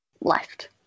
Left